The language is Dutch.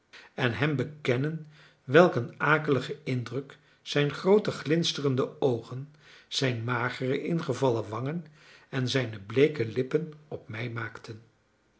en hem bekennen welk een akeligen indruk zijn groote glinsterende oogen zijn magere ingevallen wangen en zijne bleeke lippen op mij maakten